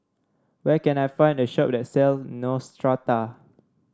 where can I find a shop that sells Neostrata